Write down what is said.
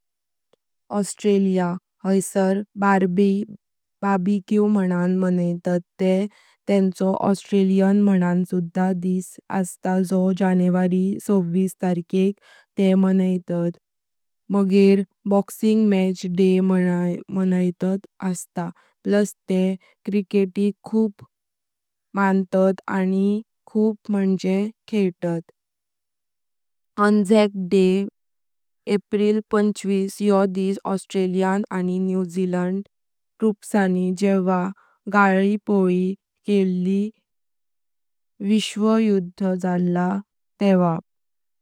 ऑस्ट्रेलिया। हैसर barbie BBQ मानन मानैतात ते, तेंचो ऑस्ट्रेलिया मानन सुधा दिस अस्त त जो जानेवारी तारीख तें मानैतात। मगर बॉक्सिंग मैच डे माननाई, अस्त, प्लस ते क्रिकेटिक खूप मानतात आनि खूप मजे खेइतात, एएनजेडएसी डे (अप्रिल पंचवीसवां) योह दिस ऑस्ट्रेलियान आणि न्यू झीलैंड ट्रूपसांनी जेंव्हा गल्लिपोली केली विशव युद्ध झाल्ला तेव्हा।